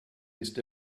ist